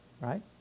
right